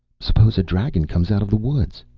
suppose a dragon comes out of the woods?